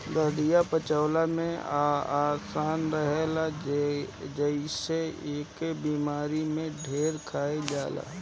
दलिया पचवला में आसान रहेला जेसे एके बेमारी में ढेर खाइल जाला